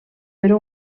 per